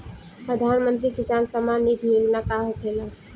प्रधानमंत्री किसान सम्मान निधि योजना का होखेला?